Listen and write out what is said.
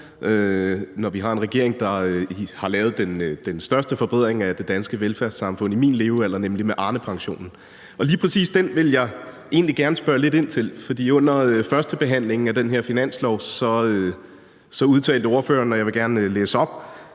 når vi har en regering, der har lavet den største forbedring af det danske velfærdssamfund i min levealder, nemlig med Arnepensionen. Og lige præcis den vil jeg egentlig gerne spørge lidt ind til. For under førstebehandlingen af den her finanslov udtalte ordføreren – og jeg vil gerne læse op: